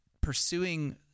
pursuing